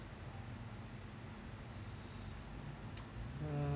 uh